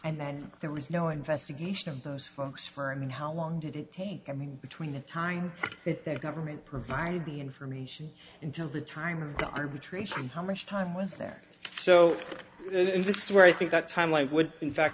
and then there was no investigation of those folks for and how long did it take i mean between the time that their government provided the information until the time of the arbitration how much time was there so this is where i think that timeline would in fact